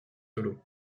solo